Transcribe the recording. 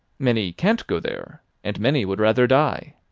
many can't go there and many would rather die.